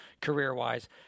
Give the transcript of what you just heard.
career-wise